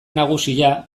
nagusia